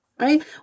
right